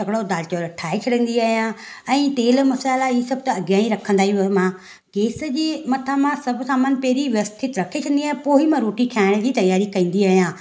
तकिड़ो दालि चांवर ठाहे छॾंदी आहियां ऐं तेल मसाला इहे सभु त अॻियां ई रखंदा आहियूं मां गैस जी मथां मां सभु सामान पहिरीं व्यवस्थित रखे छॾींदी आहियां पोइ ई मां रोटी ठाहिण जी तयारी कंदी आहियां